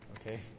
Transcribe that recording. Okay